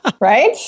right